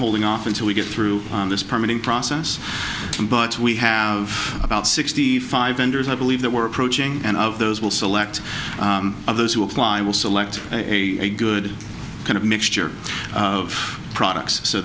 holding off until we get through this permitting process but we have about sixty five vendors i believe that we're approaching and of those will select of those who apply will select a good kind of mixture of products so